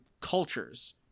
cultures